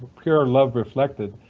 pure love reflected.